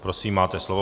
Prosím, máte slovo.